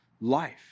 life